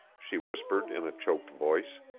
she whispered in a choked voice.